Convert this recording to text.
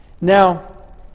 Now